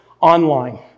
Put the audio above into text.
online